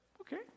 Okay